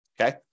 Okay